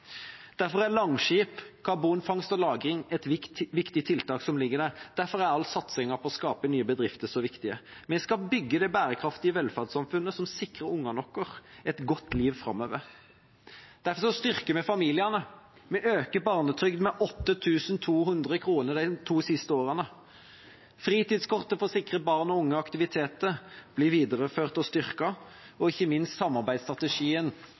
Derfor er Langskip, karbonfangst og –lagring, et viktig tiltak som også ligger der. Derfor er all satsingen på å skape nye bedrifter så viktig. Vi skal bygge det bærekraftige velferdssamfunnet som sikrer barna våre et godt liv framover. Derfor styrker vi familiene. Vi har økt barnetrygden med 8 200 kr de to siste årene. Fritidskortet for å sikre barn og unge aktiviteter blir videreført og